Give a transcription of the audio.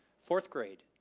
fourth grade,